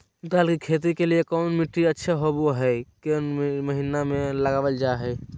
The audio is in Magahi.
दाल की खेती के लिए कौन मिट्टी अच्छा होबो हाय और कौन महीना में लगाबल जा हाय?